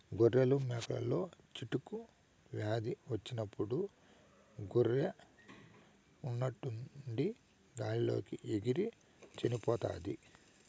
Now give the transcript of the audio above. గొర్రెలు, మేకలలో చిటుకు వ్యాధి వచ్చినప్పుడు గొర్రె ఉన్నట్టుండి గాలి లోకి ఎగిరి చనిపోతాది